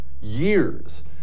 years